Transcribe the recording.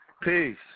Peace